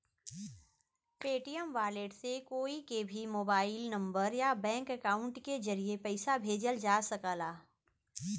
Paytm wallet से कोई के भी मोबाइल नंबर या बैंक अकाउंट के जरिए पइसा भेजल जा सकला